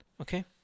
Okay